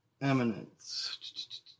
eminence